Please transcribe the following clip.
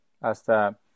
Hasta